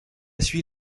suit